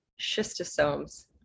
schistosomes